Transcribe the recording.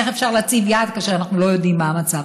איך אפשר להציב יעד כאשר אנחנו לא יודעים מה המצב?